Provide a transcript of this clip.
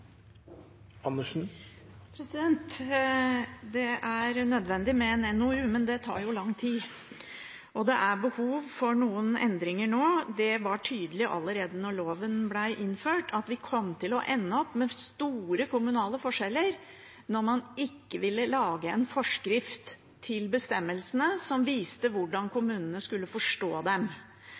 nødvendig med en NOU, men det tar lang tid. Det er behov for noen endringer nå. Det var tydelig allerede da loven ble innført at vi kom til å ende opp med store kommunale forskjeller når man ikke ville lage en forskrift til bestemmelsene som viste hvordan kommunene skulle forstå dem.